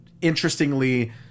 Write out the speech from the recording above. interestingly